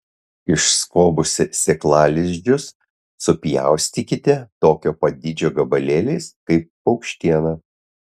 išskobusi sėklalizdžius supjaustykite tokio pat dydžio gabalėliais kaip paukštieną